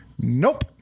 Nope